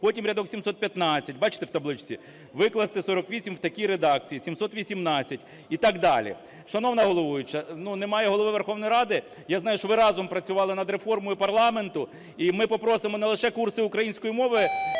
Потім рядок 715, бачите, в табличці: викласти 48 в такій редакції, 718 і так далі. Шановна головуюча, ну, немає Голови Верховної Ради, я знаю, що ви разом працювали над реформою парламенту, і ми попросимо не лише курси української мови